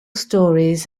stories